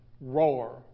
roar